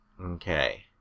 Okay